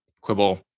quibble